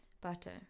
Butter